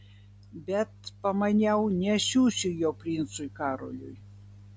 bet pamaniau nesiųsiu jo princui karoliui